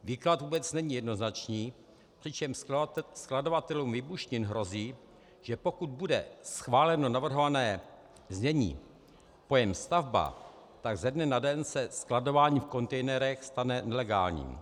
Výklad vůbec není jednoznačný, přičemž skladovatelům výbušnin hrozí, že pokud bude schváleno navrhované znění, pojem stavba, tak ze dne na den se skladování v kontejnerech stane nelegálním.